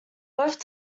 both